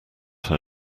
that